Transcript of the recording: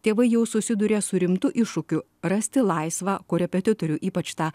tėvai jau susiduria su rimtu iššūkiu rasti laisvą korepetitorių ypač tą